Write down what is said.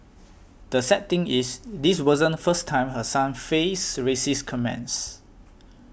the sad thing is this wasn't first time her son faced racist comments